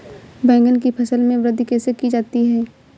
बैंगन की फसल में वृद्धि कैसे की जाती है?